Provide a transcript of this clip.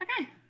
Okay